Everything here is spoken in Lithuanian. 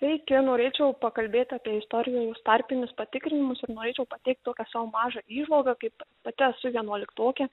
sveiki norėčiau pakalbėt apie istorijos tarpinius patikrinimus ir norėčiau pateikt tokią savo mažą įžvalgą kaip pati esu vienuoliktokė